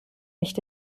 nicht